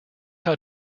how